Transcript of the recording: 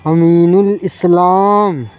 امین الاسلام